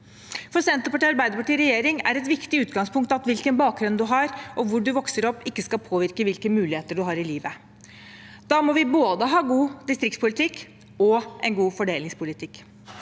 for Senterpartiet og Arbeiderpartiet i regjering er at hvilken bakgrunn du har og hvor du vokser opp, ikke skal påvirke hvilke muligheter du har i livet. Da må vi ha både god distriktspolitikk og god fordelingspolitikk.